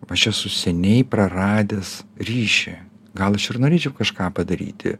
aš esu seniai praradęs ryšį gal aš ir norėčiau kažką padaryti